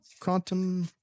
Quantum